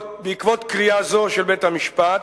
בעקבות קריאה זו של בית-המשפט